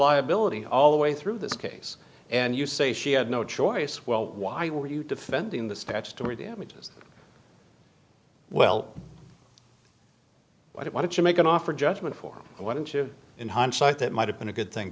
liability all the way through this case and you say she had no choice well why were you defending the statutory damages well i don't want to make an offer judgment for one chip in hindsight that might have been a good thing